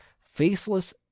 faceless